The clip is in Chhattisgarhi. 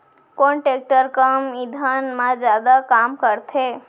कोन टेकटर कम ईंधन मा जादा काम करथे?